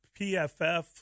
PFF